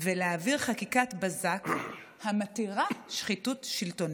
ולהעביר חקיקת בזק המתירה שחיתות שלטונית.